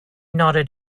nodded